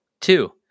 Two